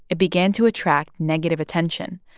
it began to attract negative attention.